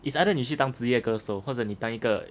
is either 你去当职业歌手或者你当一个